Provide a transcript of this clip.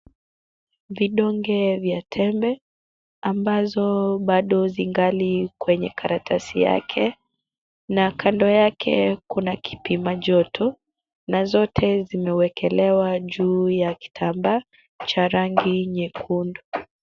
Vidonge vya tembe ambazo bado zingali kwenye karatasi yake na kando yake kuna kipima joto na zote zimewekelewa juu ya kitambaa cha rangi nyekundu.